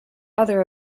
other